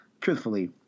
truthfully